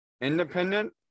independent